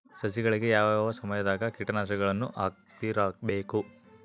ಸಸಿಗಳಿಗೆ ಯಾವ ಯಾವ ಸಮಯದಾಗ ಕೇಟನಾಶಕಗಳನ್ನು ಹಾಕ್ತಿರಬೇಕು?